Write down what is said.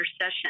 session